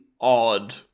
odd